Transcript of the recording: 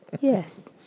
yes